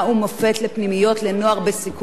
מה אפשר לעשות עם אותם נערים,